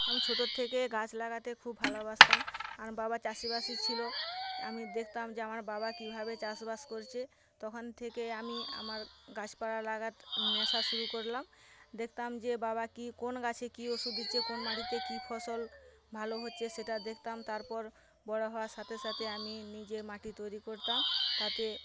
আমি ছোটোর থেকে গাছ লাগতে খুব ভালোবাসতাম আমার বাবা চাষী বাসি ছিলো আমি দেখতাম যে আমার বাবা কীভাবে চাষবাস করছে তখন থেকে আমি আমার গাছপালা লাগার নেশা শুরু করলাম দেখতাম যে বাবা কী কোন গাছে কী ওষুধ দিচ্ছে কোন মাটিতে কী ফসল ভালো হচ্ছে সেটা দেখতাম তারপর বড় হওয়ার সাথে সাথে আমি নিজে মাটি তৈরি করতাম তাতে